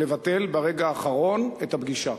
לבטל ברגע האחרון את הפגישה.